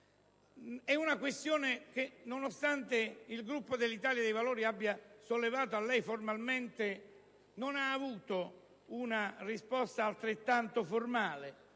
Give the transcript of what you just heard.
ad una questione che, nonostante il Gruppo dell'Italia dei Valori l'abbia sollevata a lei formalmente, non ha avuto una risposta altrettanto formale,